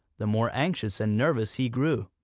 the more anxious and nervous he grew.